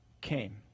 came